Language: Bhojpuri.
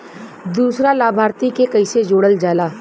दूसरा लाभार्थी के कैसे जोड़ल जाला?